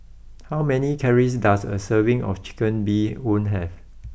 how many calories does a serving of Chicken Bee Hoon have